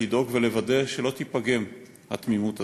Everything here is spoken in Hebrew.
לדאוג ולוודא שלא תיפגם התמימות הזו.